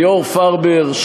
ליאור פרבר,